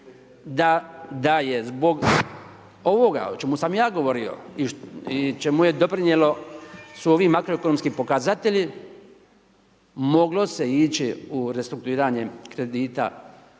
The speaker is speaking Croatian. da je zbog ovoga o čemu sam ja govorio i čemu su doprinijeli ovi makroekonomski pokazatelji moglo se ići u restrukturiranje kredita